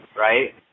right